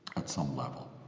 at some level.